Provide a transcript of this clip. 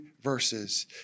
verses